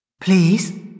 Please